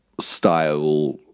style